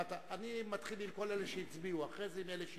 אני מתחיל עם כל אלה שהצביעו ואחרי זה עם אלה שהתווספו,